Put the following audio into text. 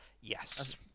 Yes